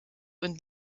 und